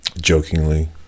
Jokingly